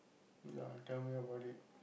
go on tell me about it